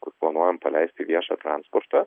kur planuojam paleisti viešą transportą